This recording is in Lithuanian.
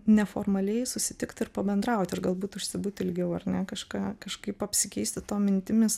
neformaliai susitikt ir pabendraut ir galbūt užsibūt ilgiau ar ne kažką kažkaip apsikeisti tom mintimis